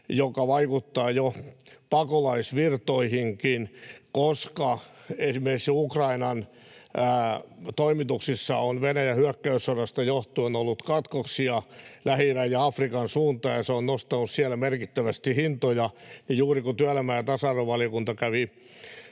joka vaikuttaa jo pakolaisvirtoihinkin, koska esimerkiksi Ukrainan toimituksissa on Venäjän hyökkäyssodasta johtuen ollut katkoksia Lähi-idän ja Afrikan suuntaan ja se on nostanut siellä merkittävästi hintoja — kun työelämä- ja tasa-arvovaliokunta juuri